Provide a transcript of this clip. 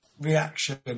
reaction